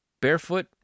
barefoot